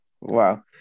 Wow